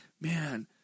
man